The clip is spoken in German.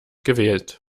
gewählt